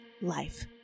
life